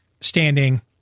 standing